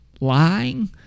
lying